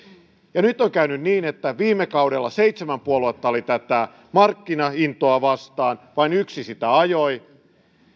ja nyt on käynyt niin että kun viime kaudella seitsemän puoluetta oli tätä markkinaintoa vastaan ja vain yksi sitä ajoi